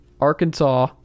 Arkansas